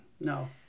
No